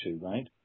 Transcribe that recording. right